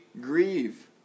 grieve